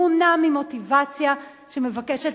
מונע ממוטיבציה שמבקשת,